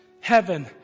heaven